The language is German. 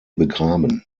begraben